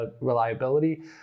reliability